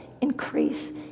increase